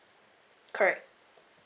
correct